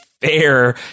fair